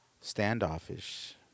Standoffish